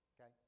Okay